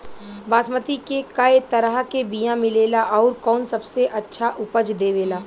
बासमती के कै तरह के बीया मिलेला आउर कौन सबसे अच्छा उपज देवेला?